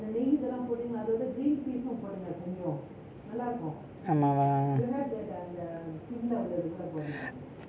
ஆமாவா:amaavaa